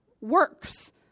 works